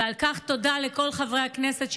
ועל כך תודה לכל חברי הכנסת,